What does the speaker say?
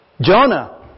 Jonah